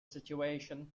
situation